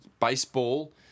Baseball